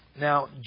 Now